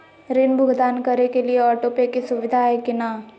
ऋण भुगतान करे के लिए ऑटोपे के सुविधा है की न?